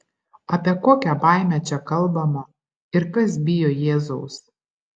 apie kokią baimę čia kalbama ir kas bijo jėzaus